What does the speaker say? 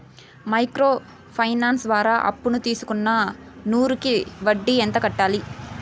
Micro finance ద్వారా అప్పును తీసుకున్న నూరు కి వడ్డీ ఎంత కట్టాలి?